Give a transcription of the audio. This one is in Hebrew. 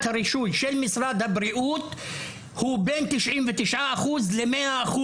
הרישוי של משרד הבריאות הוא בין 99% ל-100%.